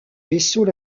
vaisseaux